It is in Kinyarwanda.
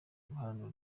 guharanira